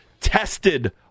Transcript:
tested